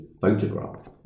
photograph